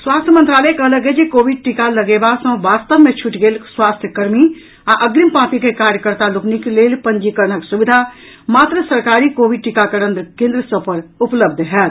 स्वास्थ्य मंत्रालय कहलक अछि जे कोविड टीका लगेबा सॅ वास्तव मे छूटि गेल स्वास्थ्य कर्मी आ अग्रिम पांति के कार्यकर्ता लोकनिक लेल पंजीकरण सुविधा मात्र सरकारी कोविड टीकाकरण केंद्र सभ पर उपलब्ध होयत